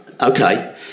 okay